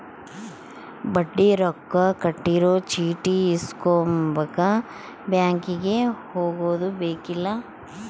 ಬಡ್ಡಿ ರೊಕ್ಕ ಕಟ್ಟಿರೊ ಚೀಟಿ ಇಸ್ಕೊಂಬಕ ಬ್ಯಾಂಕಿಗೆ ಹೊಗದುಬೆಕ್ಕಿಲ್ಲ